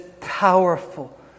powerful